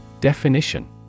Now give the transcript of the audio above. Definition